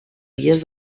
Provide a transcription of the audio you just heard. vies